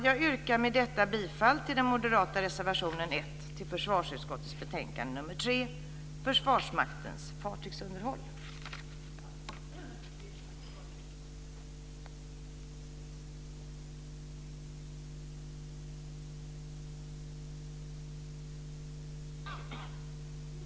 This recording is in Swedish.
Med detta yrkar jag bifall till den moderata reservationen 1 i försvarsutskottets betänkande nr 3, Försvarsmaktens fartygsunderhåll, m.m.